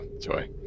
Joy